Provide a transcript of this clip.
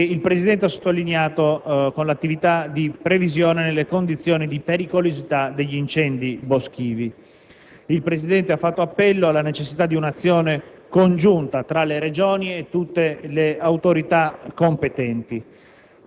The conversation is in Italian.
che il Presidente ha sottolineato con l'attività di previsione delle condizioni di pericolosità degli incendi boschivi. Il Presidente ha fatto appello alla necessità di un'azione congiunta tra le Regioni e tutte le autorità competenti.